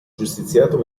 giustiziato